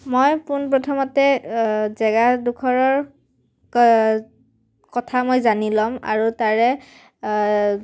মই পোনপ্ৰথমতে জেগাডখৰৰ কথা মই জানি ল'ম আৰু তাৰে